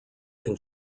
can